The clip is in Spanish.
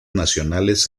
nacionales